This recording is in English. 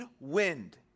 wind